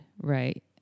right